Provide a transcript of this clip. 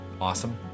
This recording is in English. Awesome